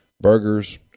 burgers